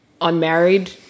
unmarried